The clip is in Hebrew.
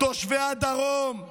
תושבי הדרום,